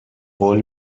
قول